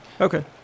Okay